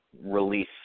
release